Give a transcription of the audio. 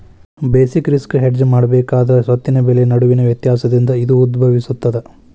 basic risk hedge ಮಾಡಬೇಕಾದ ಸ್ವತ್ತಿನ ಬೆಲೆ ನಡುವಿನ ವ್ಯತ್ಯಾಸದಿಂದ ಇದು ಉದ್ಭವಿಸ್ತದ